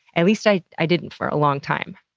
at least i i didn't for a long time.